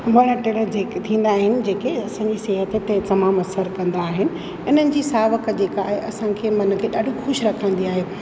वण टिण जेके थींदा आहिनि जेके असांजे सिहत ते तमामु असरु कंदा आहिनि उन्हनि जी सावक जे लाइ असांखे मन खे ॾाढी ख़ुशि रखंदी आहे